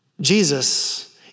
Jesus